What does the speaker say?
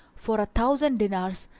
for a thousand dinars,